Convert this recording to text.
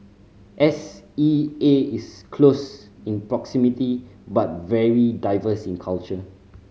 S E A is close in proximity but very diverse in culture